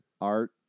Art